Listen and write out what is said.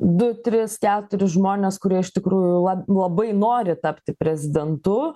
du tris keturis žmones kurie iš tikrųjų labai nori tapti prezidentu